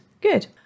good